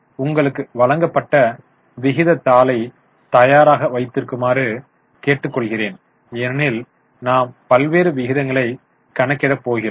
ஆக உங்களுக்கு வழங்கப்பட்ட விகித தாளை தயாராக வைத்திருக்குமாறு கேட்டுக்கொள்கிறேன் ஏனெனில் நாம் பல்வேறு விகிதங்களை கணக்கிட போகிறோம்